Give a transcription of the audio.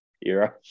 era